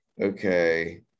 okay